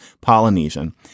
Polynesian